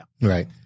Right